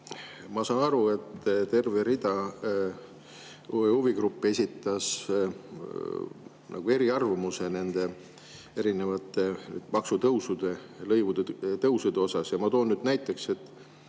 Ma saan aru, et terve rida huvigruppe esitas eriarvamuse nende erinevate maksutõusude ja lõivude tõusude kohta. Ma toon nüüd näiteks, et